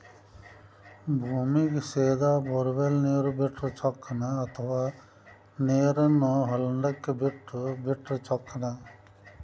ಭೂಮಿಗೆ ಸೇದಾ ಬೊರ್ವೆಲ್ ನೇರು ಬಿಟ್ಟರೆ ಚೊಕ್ಕನ ಅಥವಾ ನೇರನ್ನು ಹೊಂಡಕ್ಕೆ ಬಿಟ್ಟು ಬಿಟ್ಟರೆ ಚೊಕ್ಕನ?